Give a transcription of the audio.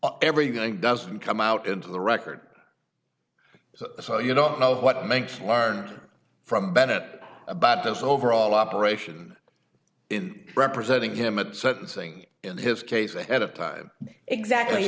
that everything doesn't come out into the record so you don't know what makes learned from bennett about this overall operation in representing him at sentencing in his case ahead of time exactly